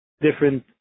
different